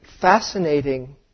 fascinating